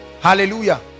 Hallelujah